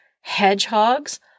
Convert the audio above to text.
hedgehogs